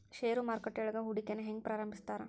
ಷೇರು ಮಾರುಕಟ್ಟೆಯೊಳಗ ಹೂಡಿಕೆನ ಹೆಂಗ ಪ್ರಾರಂಭಿಸ್ತಾರ